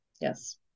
Yes